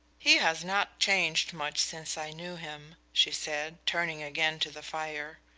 he has not changed much since i knew him, she said, turning again to the fire.